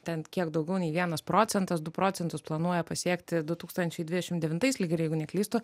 ten kiek daugiau nei vienas procentas du procentus planuoja pasiekti du tūkstančiai dvidešim devintais lyg ir jeigu neklystu